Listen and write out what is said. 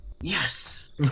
Yes